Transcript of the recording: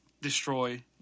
destroy